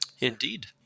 Indeed